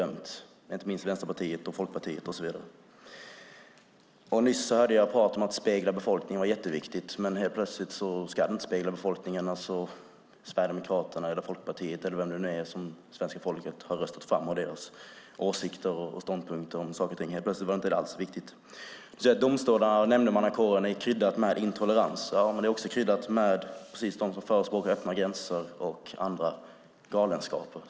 De, inte minst Vänsterpartiet och Folkpartiet med flera, har suttit i lång tid i våra domstolar och dömt. Nyss hörde jag prat om att det är jätteviktigt att spegla befolkningen. Men helt plötsligt ska vi inte spegla befolkningen med Sverigedemokraterna, Folkpartiet eller vem det nu är som svenska folket har röstat fram. Helt plötsligt var det inte alls viktigt med befolkningens åsikter och ståndpunkter om saker om ting. Domstolarna och nämndemannakåren är kryddade med intolerans, sägs det här. Men de är också kryddade med dem som förespråkar öppna gränser och andra galenskaper.